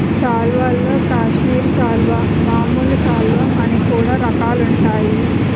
సాల్వల్లో కాశ్మీరి సాలువా, మామూలు సాలువ అని కూడా రకాలుంటాయి